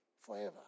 Forever